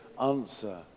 answer